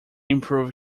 improve